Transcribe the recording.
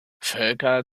völker